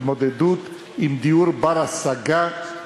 התמודדות עם דיור בר-השגה,